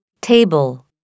Table